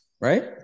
Right